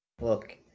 Look